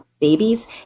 babies